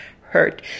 hurt